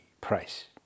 price